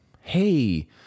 Hey